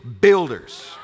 builders